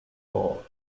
ball